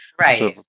right